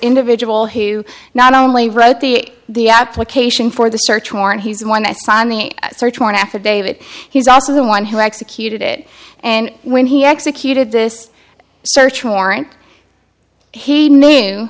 individual who not only wrote the the application for the search warrant he's the one that's on the search warrant affidavit he's also the one who executed it and when he executed this search warrant he knew